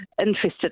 interested